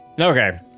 Okay